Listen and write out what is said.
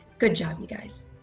good job you guys!